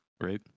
right